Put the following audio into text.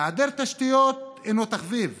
היעדר תשתיות אינו תחביב,